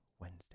wednesday